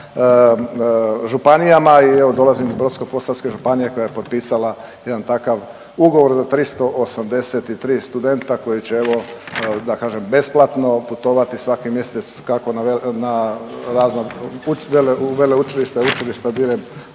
županijama. I evo dolazim iz Brodsko-posavske županije koja je potpisala jedan takav ugovor za 383 studenta koji će evo da kažem besplatno putovati svaki mjesec kako na razna veleučilišta i učilišta diljem